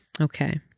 Okay